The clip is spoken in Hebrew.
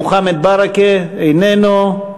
מוחמד ברכה, איננו,